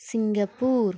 Singapore